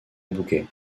bouquets